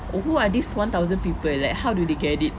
who are this one thousand people like how do they get it